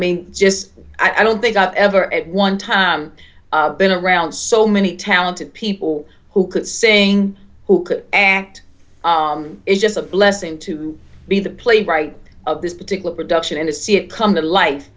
mean just i don't think i've ever at one time been around so many talented people who could sing who could and it's just a blessing to be the playwright of this particular production and see it come to life